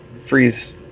freeze